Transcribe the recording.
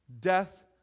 Death